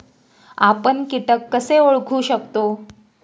आपण कीटक कसे ओळखू शकतो?